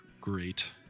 great